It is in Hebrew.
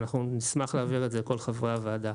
ואנחנו נשמח להעביר אותו לכל חברי הוועדה.